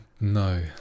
No